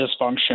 dysfunction